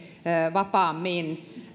vapaammin